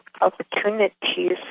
opportunities